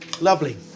Lovely